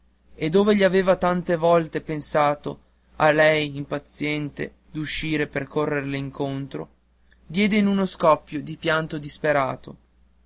e dove egli aveva tante volte pensato a lei impaziente d'uscire per correrle incontro diede in uno scoppio di pianto disperato